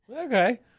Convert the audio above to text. Okay